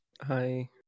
Hi